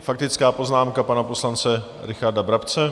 Faktická poznámka pana poslance Richarda Brabce.